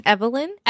Evelyn